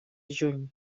juny